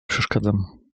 przeszkadzam